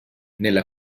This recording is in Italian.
nella